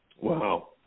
Wow